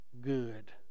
good